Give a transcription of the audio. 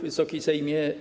Wysoki Sejmie!